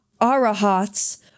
arahats